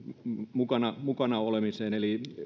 mukana mukana olemiseen